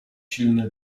silny